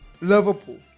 Liverpool